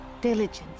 diligence